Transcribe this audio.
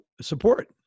support